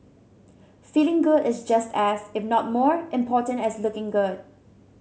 feeling good is just as if not more important as looking good